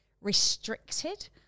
restricted